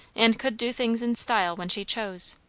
and could do things in style when she chose.